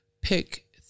pick